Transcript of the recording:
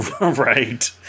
Right